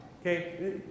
Okay